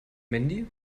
mandy